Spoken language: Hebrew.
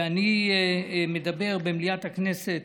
אני מדבר במליאת הכנסת,